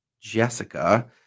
Jessica